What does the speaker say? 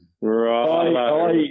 Right